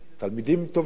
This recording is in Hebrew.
תלמידים טובים מאוד,